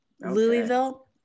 Louisville